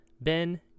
Ben